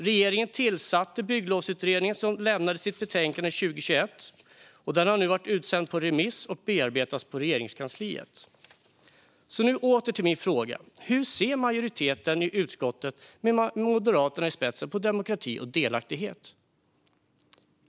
Regeringen tillsatte Bygglovsutredningen som lämnade sitt betänkande 2021. Den har nu varit utsänd på remiss och bearbetas på Regeringskansliet. Låt mig återgå till min tidigare fråga. Hur ser majoriteten i utskottet med Moderaterna i spetsen på demokrati och delaktighet?